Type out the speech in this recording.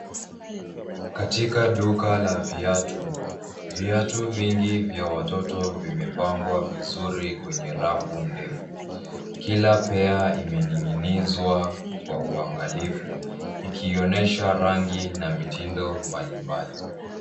Katika duka la viatu. Viatu vingi vya watoto vimepangwa vizuri kwenye rafu ndefu. Kila(cs) pair(cs) imening'inizwa kwa uangalifu, ikionesha rangi na mitindo mbalimbali.